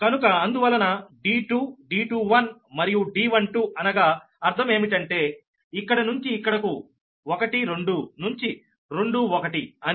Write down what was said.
కనుక అందువలన D2 D21 మరియు D12 అనగా అర్థం ఏమిటంటే ఇక్కడ నుంచి ఇక్కడకు 12 నుంచి21 అని